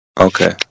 Okay